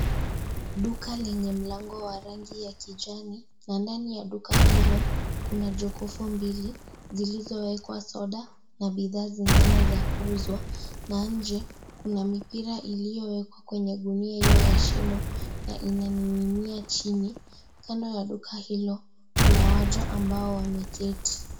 Duka lenye mlango wa rangi ya kijani na ndani ya duka hilo, kuna jokofu mbili zilizowekwa soda na bidhaa zingine za kuuzwa na nje kuna mipira iliyowekwa kwenye gunia hiyo ya shimo na inaning'inia chini. Kando ya duka hilo, kuna waja ambao wameketi.